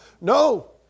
No